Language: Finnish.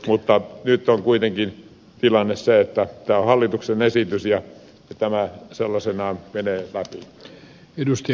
mutta nyt on kuitenkin tilanne se että tämä on hallituksen esitys ja tämä sellaisenaan menee läpi